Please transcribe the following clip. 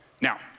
Now